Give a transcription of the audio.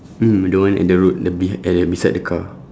mm the one at the road the behi~ at the beside the car